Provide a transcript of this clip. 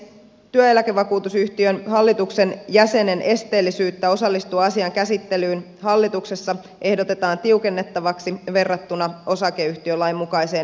työeläkevakuutusyhtiön hallituksen jäsenen esteellisyyttä osallistua asian käsittelyyn hallituksessa ehdotetaan tiukennettavaksi verrattuna osakeyhtiölain mukaiseen esteellisyyssäännökseen